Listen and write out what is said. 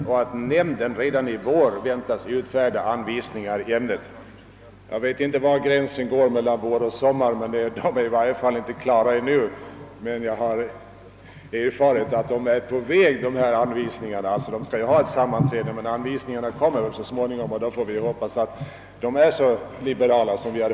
Nämnden kan redan i vår väntas utfärda anvisningar i ämnet.» Jag vet inte var gränsen går mellan vår och sommar men anvisningarna är i varje fall inte färdiga ännu. De kommer så småningom och vi få hoppas att de är liberala.